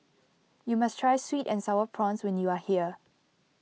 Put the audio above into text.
you must try sweet and Sour Prawns when you are here